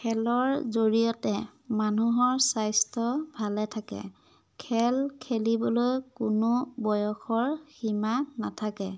খেলৰ জৰিয়তে মানুহৰ স্বাস্থ্য ভালে থাকে খেল খেলিবলৈ কোনো বয়সৰ সীমা নাথাকে